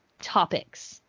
topics